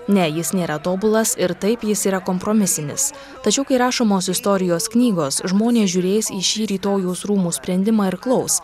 ne jis nėra tobulas ir taip jis yra kompromisinis tačiau kai rašomos istorijos knygos žmonės žiūrės į šį rytojaus rūmų sprendimą ir klaus